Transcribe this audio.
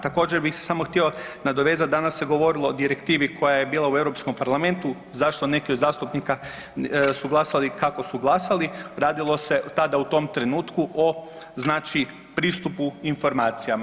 Također bih se samo htio nadovezati danas se govorilo o direktivi koja je bila u Europskom parlamentu zašto neki od zastupnika su glasali kako su glasali, radilo tada u tom trenutku o znači pristupu informacijama.